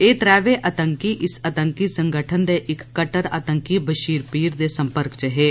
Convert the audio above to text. एह् त्रैवे इस आतंकी संगठन दे इक कट्टर आतंकी बशीर पीर दे सम्पर्क च हे